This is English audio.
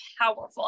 powerful